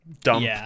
dump